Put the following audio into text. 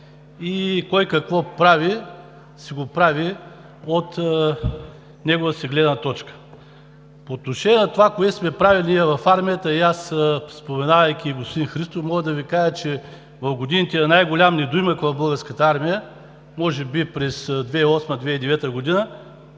И кой какво прави, си го прави от неговата гледна точка. По отношение на това, което сме правили в армията, и аз, споменавайки господин Христов, мога да Ви кажа, че в годините на най-голям недоимък в Българската армия, може би през 2008 – 2009 г.,